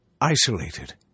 isolated